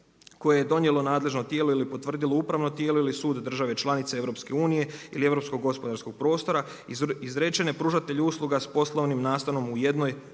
koje je donijelo nadležno tijelo ili potvrdilo upravno tijelo ili sud države članice EU ili Europskog gospodarskog prostora izrečene pružatelju usluga s poslovnim nastanom u jednoj